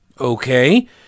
Okay